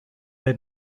هقت